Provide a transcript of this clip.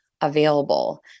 available